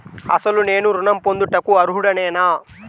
అసలు నేను ఋణం పొందుటకు అర్హుడనేన?